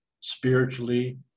spiritually